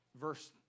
verse